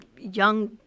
young